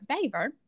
favor